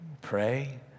Pray